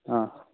ಹಾಂ